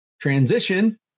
transition